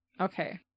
Okay